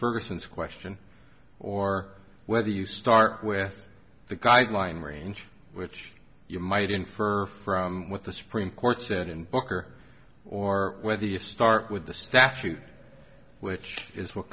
ferguson's question or whether you start with the guideline range which you might infer from what the supreme court said in booker or whether if start with the statute which is what